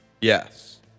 Yes